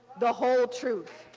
the whole truth.